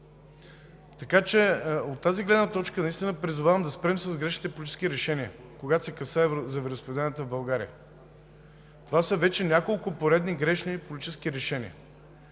Така че от тази гледна точка наистина призовавам да спрем с грешните политически решения, когато се касае за вероизповеданията в България. Това са вече няколко поредни грешни политически решения.